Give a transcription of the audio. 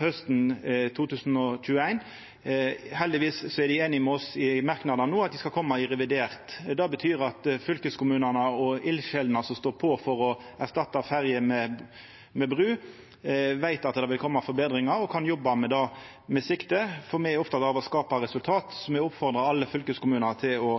hausten 2021. Heldigvis er regjeringspartia einige med oss i merknadane om at dette skal koma i revidert. Det betyr at fylkeskommunane og eldsjelene som står på for å erstatta ferjene med bru, veit at det vil koma forbetringar, og kan jobba med det i siktet. Me er opptekne av å skapa resultat. Me oppmodar alle fylkeskommunar til å